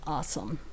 Awesome